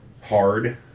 Hard